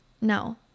No